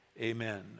Amen